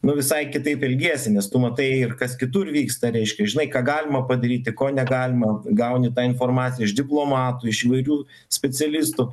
nu visai kitaip ilgėsimės tu matai ir kas kitur vyksta reiškia žinai ką galima padaryti ko negalima gauni tą informaciją iš diplomatų iš įvairių specialistų